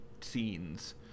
scenes